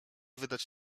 wydać